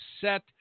set